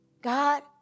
God